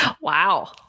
Wow